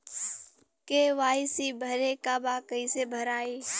KYC भरे के बा कइसे भराई?